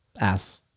ass